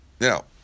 now